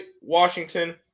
Washington